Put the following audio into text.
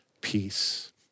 peace